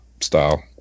style